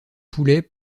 poulet